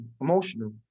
emotional